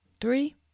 Three